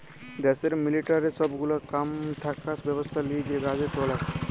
দ্যাশের মিলিটারির সব গুলা কাম থাকা ব্যবস্থা লিয়ে যে বাজেট বলায়